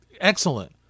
excellent